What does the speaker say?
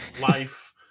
life